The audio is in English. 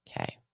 Okay